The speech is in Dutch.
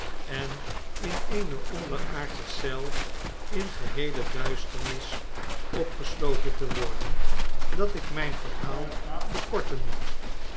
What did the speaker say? en in eene onderaardsche eel in geheele duisternis opgesloten te worden dat ik mp verhaal verkorten moet